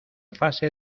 fase